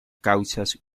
causas